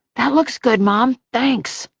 that looks good, mom. thanks.